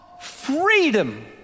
freedom